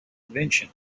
invention